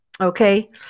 Okay